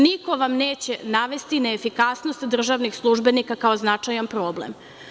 Niko vam neće navesti na efikasnost državnih službenika kao značajan problem.